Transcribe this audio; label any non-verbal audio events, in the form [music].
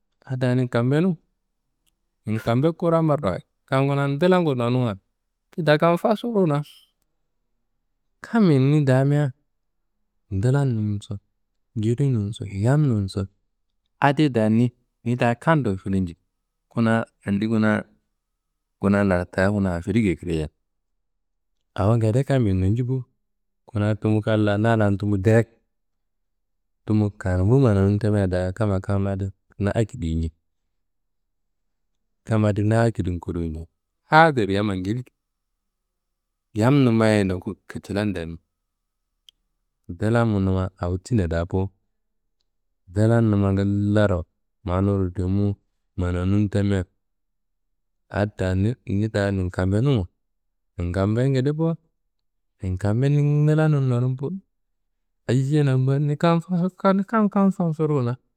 Adi da ninkambenun. Ninkambe kura marrawayit kam kuna ndlangu noyinuwa tida kam fasuruna, kammiyi ni damia ndlanumso, jilinumso, yamnuso adi da ni ni ta kam do filenjiri. Kuna andi kuna kuna lardaá kuna afrikiye kraya awo ngede kammiyi nonji bo. Kuna tumu kam la na lan tumu direk tumu kanumbu mananun tamia da kamma kam adi na akedi njei, kam adi na akedin kodowo njei hadur yammayi njeli. Yamnummaye n ndoku kicilan dami. Ndlanumma awo tina da bo, ndlanumma gillaro manun rimu mananun tamia adi da ni ni da ninkambenummuwo ninkambe ngede bo. Ninkambe ni ndlanum nonumbu ayiye nonumbu [hesitation] ni kam fasuru na.